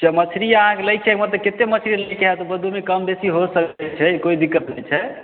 च मछरी आहाँके लैके हय तऽ हँ तऽ कत्ते मछली लै के हय तऽ ओइमे दू कम बेसी हो सकै छै कोइ दिक्कत नहि छै